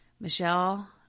Michelle